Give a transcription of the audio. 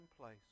place